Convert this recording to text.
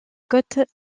côte